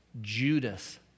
Judas